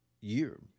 year